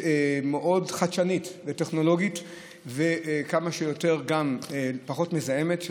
מאוד חדשנית וטכנולוגית וכמה שפחות מזהמת,